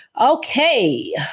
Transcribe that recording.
Okay